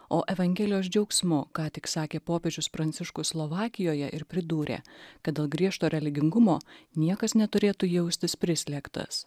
o evangelijos džiaugsmu ką tik sakė popiežius pranciškus slovakijoje ir pridūrė kad dėlgriežto religingumo niekas neturėtų jaustis prislėgtas